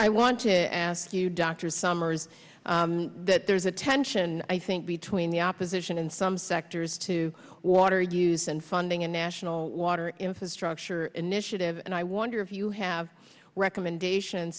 i want to ask you dr summers that there's a tension i think between the opposition in some sectors to water use and funding a national water infrastructure initiative and i wonder if you have recommend